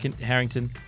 Harrington